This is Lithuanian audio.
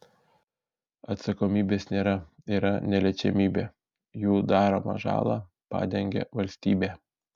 atsakomybės nėra yra neliečiamybė jų daromą žalą padengia valstybė